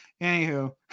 anywho